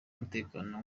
umutekano